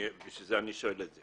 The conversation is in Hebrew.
לכן אני שואל.